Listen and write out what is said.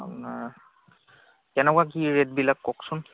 আপোনাৰ কেনেকুৱা কি ৰেটবিলাক কওঁকছোন